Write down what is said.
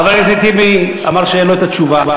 חבר הכנסת טיבי, הוא אמר שאין לו התשובה.